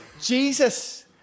Jesus